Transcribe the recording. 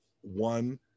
One